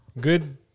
Good